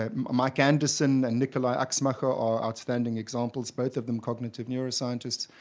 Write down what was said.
um mike anderson and nikolai axmacher are outstanding examples, both of them cognitive neuroscientists.